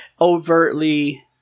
overtly